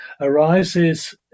arises